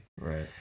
Right